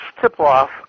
tip-off